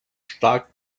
stark